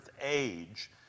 age